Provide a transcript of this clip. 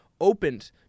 opened